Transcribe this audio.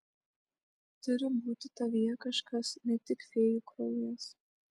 turi būti tavyje kažkas ne tik fėjų kraujas